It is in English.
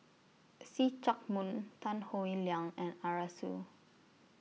See Chak Mun Tan Howe Liang and Arasu